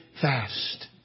fast